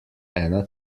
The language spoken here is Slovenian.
ena